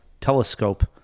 telescope